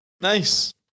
Nice